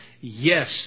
Yes